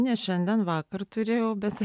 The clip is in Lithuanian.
ne šiandien vakar turėjau bėdų